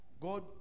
God